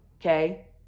okay